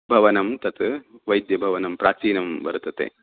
भवनं तत् वैद्यभवनं प्राचीनं वर्तते